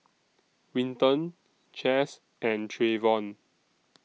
Winton Chas and Trayvon